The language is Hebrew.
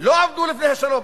לא עמדו לפני השלום,